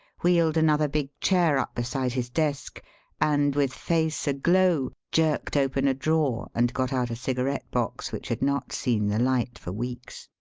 wheeled another big chair up beside his desk and, with face aglow, jerked open a drawer and got out a cigarette box which had not seen the light for weeks.